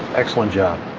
excellent job.